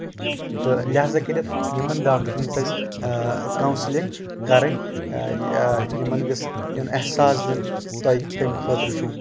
تہٕ لِہازا کٔرِتھ یِمن ڈاکٹرن پَزِ کاوسٕلِنٛگ کَرٕنۍ یِمن گٔژھ یُن احساس دِنہٕ تۄہہِ کَمہِ خٲطرٕ چھُو